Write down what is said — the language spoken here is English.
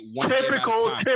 typical